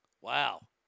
Wow